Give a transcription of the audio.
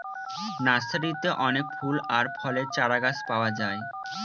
নার্সারিতে অনেক ফুল আর ফলের চারাগাছ পাওয়া যায়